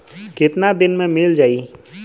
कितना दिन में मील जाई?